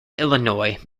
illinois